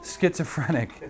schizophrenic